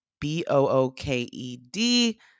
B-O-O-K-E-D